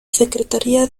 secretaría